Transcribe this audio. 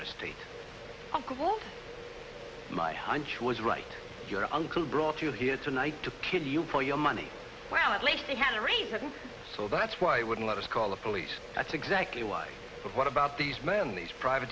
unquote my hunch was right your uncle brought you here tonight to kill you put your money where at least he had a range so that's why he wouldn't let us call the police that's exactly why but what about these men these private